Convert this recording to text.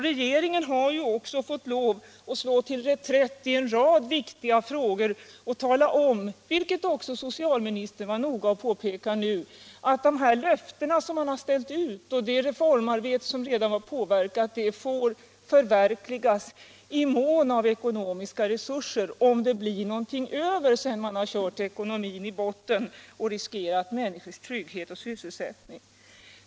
Regeringen har ju också fått lov att slå till reträtt i en rad viktiga frågor och talat om — vilket också socialministern var noga med att påpeka — att de löften man givit kan uppfyllas och att det reformarbete som redan är påbörjat kan förverkligas endast i mån av ekonomiska resurser. Vi får se om det blir någonting över sedan man kört ekonomin i botten och riskerat människors trygghet och sysselsättning.